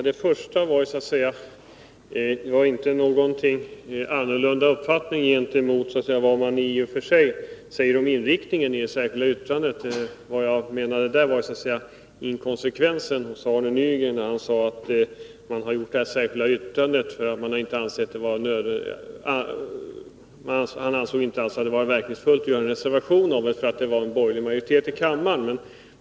Herr talman! Jag har i och för sig ingen annan uppfattning om inriktningen än vad man säger i det särskilda yttrandet. Vad jag här ville påtala var inkonsekvensen hos Arne Nygren när han sade att man nöjt sig med ett särskilt yttrande, eftersom han ansåg att det inte var meningsfullt att göra en reservation då vi har en borgerlig majoritet i kammaren.